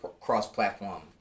cross-platform